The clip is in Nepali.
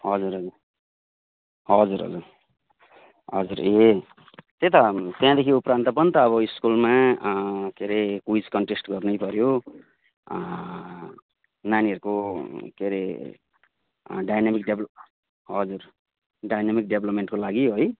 हजुर हजुर हजुर हजुर हजुर ए त्यही त त्यहाँदेखि उपरान्त पनि अब स्कुलमा के रे क्विज कनटेस्ट गर्नैपऱ्यो नानीहरूको के अरे डाइनामिक डेभ्लोप हजुर डाइनामिक डेभ्लोपमेन्टको लागि है